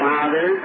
Father